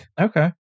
Okay